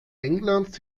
englands